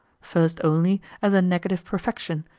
first only as a negative perfection,